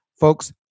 folks